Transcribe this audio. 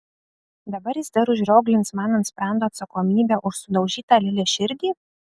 dabar jis dar užrioglins man ant sprando atsakomybę už sudaužytą lilės širdį